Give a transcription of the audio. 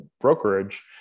brokerage